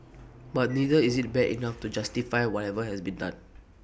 but neither is IT bad enough to justify whatever has been done